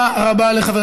תודה רבה לך, אדוני.